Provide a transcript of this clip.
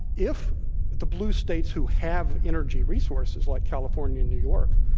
if the blue states who have energy resources like california and new york,